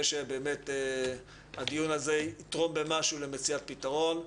שבאמת הדיון הזה יתרום במשהו למציאת פתרון.